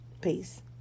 Peace